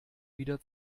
wieder